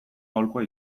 aholkua